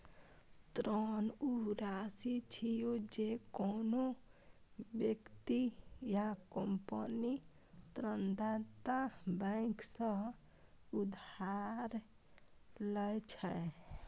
ऋण ऊ राशि छियै, जे कोनो व्यक्ति या कंपनी ऋणदाता बैंक सं उधार लए छै